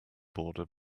boarder